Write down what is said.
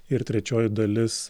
ir trečioji dalis